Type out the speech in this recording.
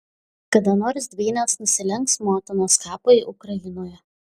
kada nors dvynės nusilenks motinos kapui ukrainoje